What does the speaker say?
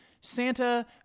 Santa